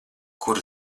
kur